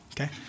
okay